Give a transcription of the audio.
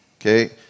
Okay